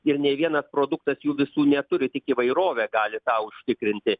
ir nei vienas produktas jų visų neturi tik įvairovė gali tą užtikrinti